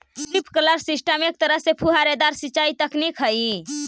sprinkler system एक तरह के फुहारेदार सिंचाई तकनीक हइ